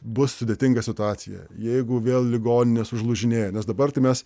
bus sudėtinga situacija jeigu vėl ligoninės užlūžinėja nes dabar tai mes